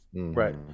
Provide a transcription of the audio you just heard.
Right